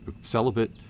celibate